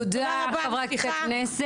תודה רבה חברת הכנסת,